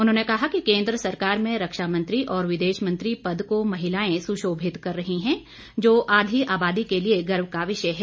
उन्होंने कहा कि केन्द्र सरकार में रक्षा मंत्री व विदेश मंत्री पद को महिलाएं सुशोभित कर रहीं है जो आधी आबादी के लिए गर्व का विषय है